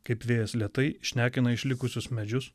kaip vėjas lėtai šnekina išlikusius medžius